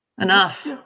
enough